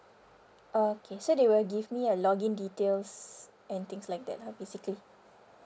okay so they will give me a login details and things like that lah basically